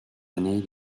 années